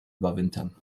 überwintern